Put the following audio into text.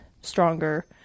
stronger